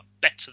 better